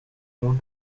won